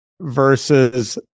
versus